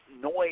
noise